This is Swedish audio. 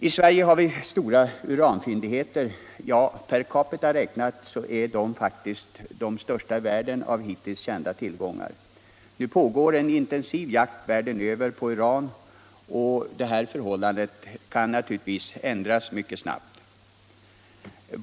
I Sverige har vi stora uranfyndigheter. Per capita räknat är de faktiskt de största hittills kända i världen, men eftersom det pågår intensiv jakt världen över efter uran kan det förhållandet ändras mycket snabbt.